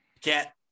get